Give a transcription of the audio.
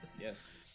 Yes